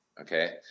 okay